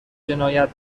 جنایت